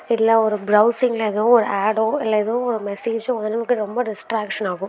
இல்லை ஒரு ப்ரௌசிங்கில் ஏதோ ஒரு ஆடோ இல்லை ஏதோ ஒரு மெசேஜோ வந்து ரொம்ப டிஸ்ட்ராக்ஷனாகும்